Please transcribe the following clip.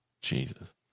Jesus